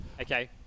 Okay